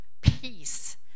peace